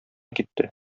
китте